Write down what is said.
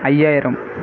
ஐயாயிரம்